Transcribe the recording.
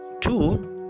Two